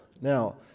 Now